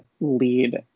lead